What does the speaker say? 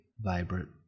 vibrant